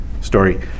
story